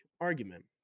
argument